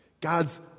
God's